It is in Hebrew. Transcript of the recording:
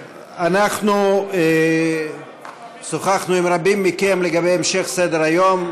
אנחנו שוחחנו עם רבים מכם לגבי המשך סדר-היום,